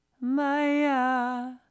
Maya